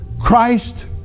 Christ